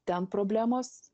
ten problemos